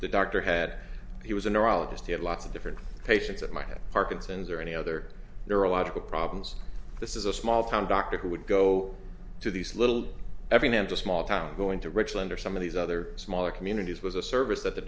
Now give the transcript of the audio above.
the doctor had he was a neurologist he had lots of different patients that might have parkinson's or any other neurological problems this is a small town doctor who would go to these little every man to small town going to richland or some of these other smaller communities was a service that the